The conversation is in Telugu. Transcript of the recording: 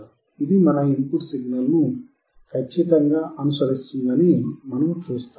ఇది మన ఇన్ పుట్ సిగ్నల్ ను ఖచ్చితంగా అనుసరిస్తుందని మనము చూస్తాము ఇది 1